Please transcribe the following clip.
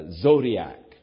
Zodiac